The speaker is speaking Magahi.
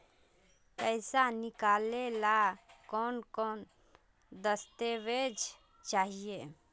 पैसा निकले ला कौन कौन दस्तावेज चाहिए?